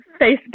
Facebook